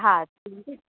हा